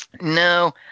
No